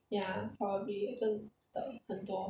ya probably 真的很多